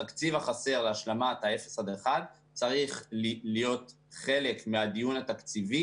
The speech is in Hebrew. התקציב החסר להשלמת אפס עד אחד צריך להיות חלק מהדיון התקציבי